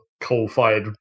coal-fired